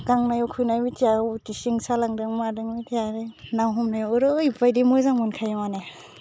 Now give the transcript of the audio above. गांनाय उखैनाय मिथिया उथिसिं सिं सालांदों मादों मिथिया आरो ना हमनायाव ओरैबायदि मोजां मोनखायो माने